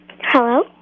Hello